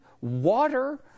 water